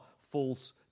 false